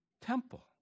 temple